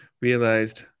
realized